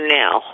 now